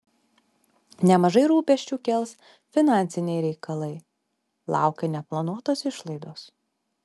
nemažai rūpesčių kels finansiniai reikalai laukia neplanuotos išlaidos